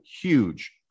huge